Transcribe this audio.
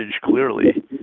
clearly